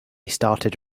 started